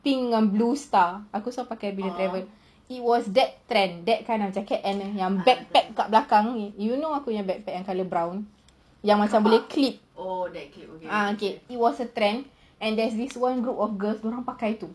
pink dengan blue star aku selalu pakai bila bila it was that trend that kind of jacket and ya backpack kat belakang do you know what aku punya backpack yang colour brown yang boleh clip ya okay it was a trend and there's this one group of girls dorang pakai tu